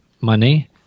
money